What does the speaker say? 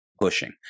pushing